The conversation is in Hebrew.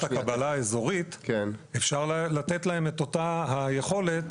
הקבלה האזורית אפשר לתת להם את אותה היכולת.